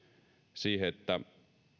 siihen että